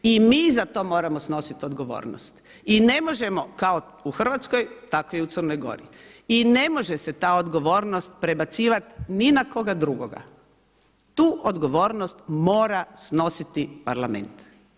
I mi za to moramo snositi odgovornost i ne možemo, kako u Hrvatskoj tako i u Crnoj Gori, i ne može se ta odgovornost prebacivati ni na koga drugoga, tu odgovornost mora snositi parlament.